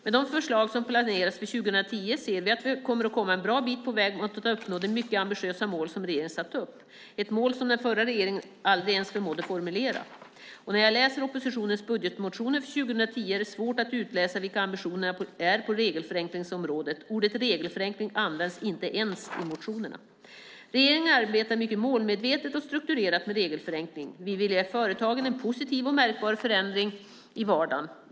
Med de förslag som planeras för 2010 ser vi att vi kommer att komma en bra bit på väg mot att uppnå det mycket ambitiösa mål som regeringen satt upp. Det är ett mål som den förra regeringen aldrig ens förmådde formulera. När jag läser oppositionens budgetmotioner för 2010 är det svårt att utläsa vilka ambitionerna är på regelförenklingsområdet. Ordet regelförenkling används inte ens i motionerna. Regeringen arbetar mycket målmedvetet och strukturerat med regelförenkling. Vi vill ge företagen en positiv och märkbar förändring i vardagen.